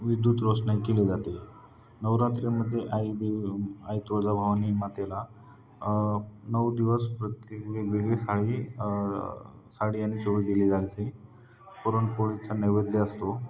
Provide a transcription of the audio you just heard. विद्युतरोषणाई केली जाते नवरात्रीमध्ये आई देवी आई तुळजाभवानी मातेला नऊ दिवस प्रत्येक वेगवेगळी साळी साडी आणि चोळी दिली जायची पुरणपोळीचा नैवेद्य असतो